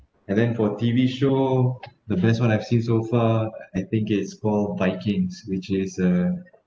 and then for T_V show the best [one] I've seen so far I think is called vikings which is a